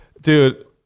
Dude